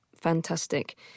Fantastic